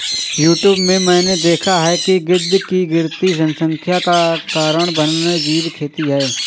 YouTube में मैंने देखा है कि गिद्ध की गिरती जनसंख्या का कारण वन्यजीव खेती है